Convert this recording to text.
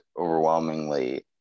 overwhelmingly